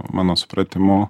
mano supratimu